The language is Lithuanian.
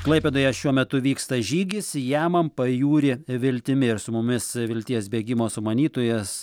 klaipėdoje šiuo metu vyksta žygis jamam pajūrį viltimi ir su mumis vilties bėgimo sumanytojas